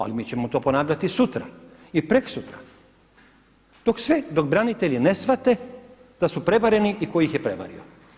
Ali mi ćemo to ponavljati i sutra, i prekosutra dok branitelji ne shvate da su prevareni i tko ih je prevario.